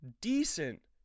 decent